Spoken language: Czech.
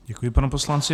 Děkuji panu poslanci.